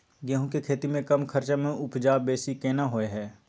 गेहूं के खेती में कम खर्च में उपजा बेसी केना होय है?